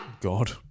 God